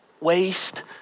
waste